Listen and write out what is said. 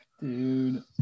Dude